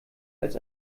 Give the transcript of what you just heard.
als